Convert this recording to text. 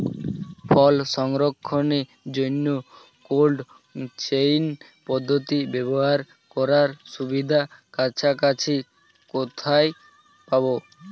ফল সংরক্ষণের জন্য cold chain পদ্ধতি ব্যবহার করার সুবিধা কাছাকাছি কোথায় পাবো?